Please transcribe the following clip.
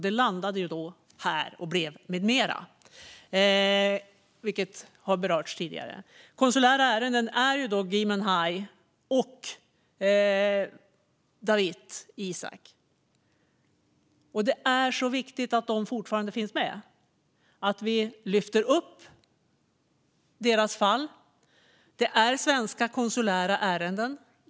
Det landade här och blev "med mera", vilket har berörts tidigare. Konsulära ärenden är Gui Minhai och Dawit Isaak. Det är mycket viktigt att de fortfarande finns med och att vi lyfter upp deras fall. Detta är svenska konsulära ärenden.